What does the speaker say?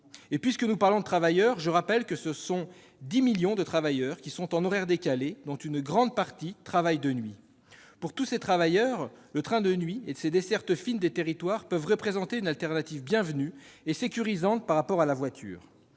Puisque nous parlons des travailleurs, je rappelle que dix millions d'entre eux sont en horaires décalés, dont une grande partie travaille de nuit. Pour tous ces travailleurs, le train de nuit et ses dessertes fines des territoires peuvent représenter une solution de substitution bienvenue et sécurisante par rapport à la voiture.